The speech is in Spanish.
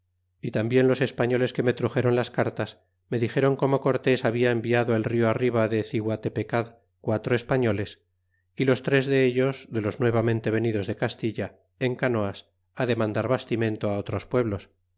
y tambien los españoles que me tru xéron las cartas me dixéron como cortés habla enviado el rio arriba de ciguatepecad quatro españoles y los tres dellos de los nuevamente venidos de castilla en canoas á demandar bastimento á otros pueblos